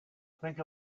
think